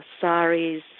saris